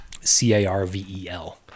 C-A-R-V-E-L